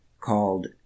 called